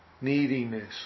neediness